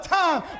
time